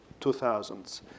2000s